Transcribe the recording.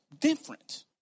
different